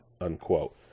unquote